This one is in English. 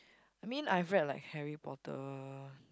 I mean I've read like Harry Potter